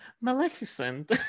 Maleficent